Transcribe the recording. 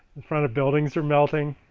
the front of buildings are melting.